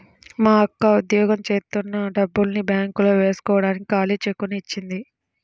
మా అక్క ఉద్యోగం జేత్తన్న డబ్బుల్ని బ్యేంకులో వేస్కోడానికి ఖాళీ చెక్కుని ఇచ్చింది